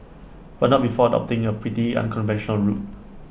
but not before adopting A pretty unconventional route